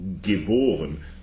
Geboren